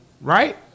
right